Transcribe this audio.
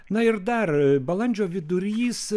na ir dar balandžio vidurys